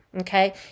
Okay